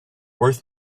worth